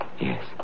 Yes